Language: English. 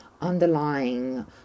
underlying